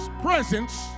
presence